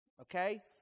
Okay